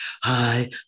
hi